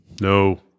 No